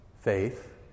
Faith